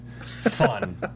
fun